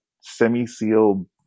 semi-sealed